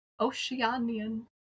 Oceanian